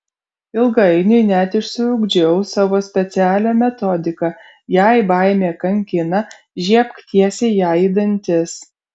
ilgainiui net išsiugdžiau savo specialią metodiką jei baimė kankina žiebk tiesiai jai į dantis